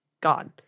gone